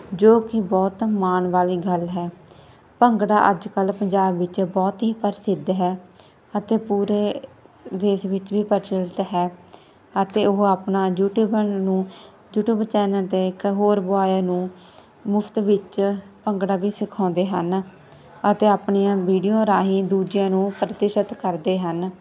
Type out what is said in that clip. ਜੋ ਕਿ ਬਹੁਤ ਮਾਣ ਵਾਲੀ ਗੱਲ ਹੈ ਭੰਗੜਾ ਅੱਜ ਕੱਲ੍ਹ ਪੰਜਾਬ ਵਿੱਚ ਬਹੁਤ ਹੀ ਪ੍ਰਸਿੱਧ ਹੈ ਅਤੇ ਪੂਰੇ ਦੇਸ਼ ਵਿੱਚ ਵੀ ਪ੍ਰਚਲਿਤ ਹੈ ਅਤੇ ਉਹ ਆਪਣਾ ਯੂਟੀਊਬ ਨੂੰ ਯੂਟੀਊਬ ਚੈਨਲ ਦੇ ਇੱਕ ਹੋਰ ਬੋਏ ਨੂੰ ਮੁਫਤ ਵਿੱਚ ਭੰਗੜਾ ਵੀ ਸਿਖਾਉਂਦੇ ਹਨ ਅਤੇ ਆਪਣੀਆਂ ਵੀਡੀਓ ਰਾਹੀਂ ਦੂਜਿਆਂ ਨੂੰ ਪ੍ਰਤੀਸ਼ਤ ਕਰਦੇ ਹਨ